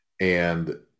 and-